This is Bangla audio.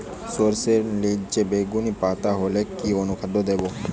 সরর্ষের নিলচে বেগুনি পাতা হলে কি অনুখাদ্য দেবো?